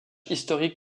historique